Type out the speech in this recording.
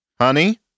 honey